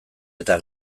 eta